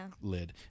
lid